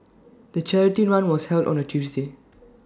the charity run was held on A Tuesday